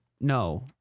No